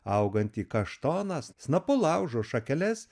augantį kaštoną snapu laužo šakeles